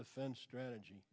defense strategy